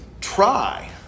try